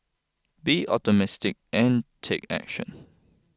be optimistic and take action